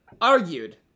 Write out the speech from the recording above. argued